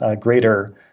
greater